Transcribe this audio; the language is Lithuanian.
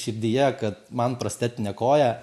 širdyje kad man prostetinė koja